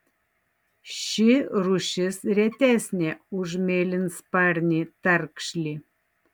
ši rūšis retesnė už mėlynsparnį tarkšlį